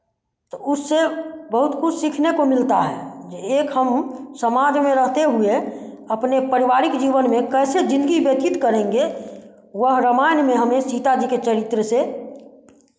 तो उससे बहुत कुछ सीखने को मिलता है जो एक हम समाज में रहते हुए अपने परिवारिक जीवन में कैसे जिंदगी व्यतीत करेंगे वह रामायण में हमें सीता जी के चरित्र से